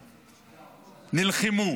נלחמו,